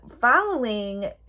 following